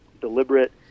deliberate